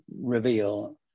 reveal